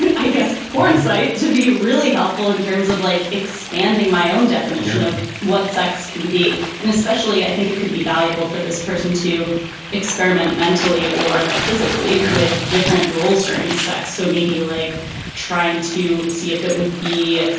i guess, porn site to be really helpful in terms of like expanding my own definition of what sex can be. and especially i think it could be valuable for this person to experiment mentally or physically with different roles during sex. so maybe like trying to see if it would be,